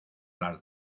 las